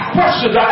questions